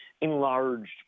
enlarged